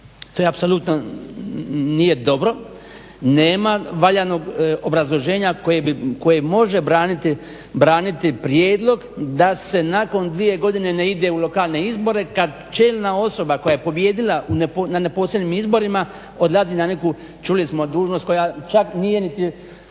to apsolutno nije dobro, nema valjanog obrazloženja koji može braniti prijedlog da se nakon dvije godine ne ide u lokalne izbore kad čelna osoba koja je pobijedila na neposrednim izborima odlazi na neku čuli smo dužnost koja čak nije niti